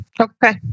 Okay